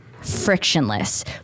frictionless